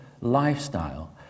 lifestyle